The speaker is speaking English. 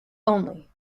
only